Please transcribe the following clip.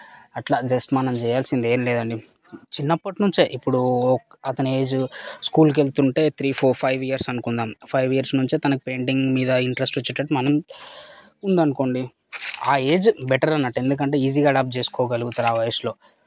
అట్లా జస్ట్ మనం చేయాల్సింది ఏం లేదండి చిన్నప్పటి నుంచే ఇప్పుడు అతని ఏజ్ స్కూల్కి వెళుతు ఉంటే త్రీ ఫోర్ ఫైవ్ ఇయర్స్ అనుకుందాం ఫైవ్ ఇయర్స్ నుంచే తనకి పెయింటింగ్ మీద ఇంట్రస్ట్ వచ్చేటట్టు మనం ఉందనుకోండి ఆ ఏజ్ బెటర్ అన్నట్టు ఎందుకంటే ఈజీగా అడాప్ట్ చేసుకోగలుగుతారు ఆ వయసులో